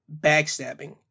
backstabbing